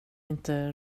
inte